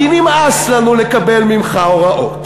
כי נמאס לנו לקבל ממך הוראות,